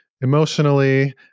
emotionally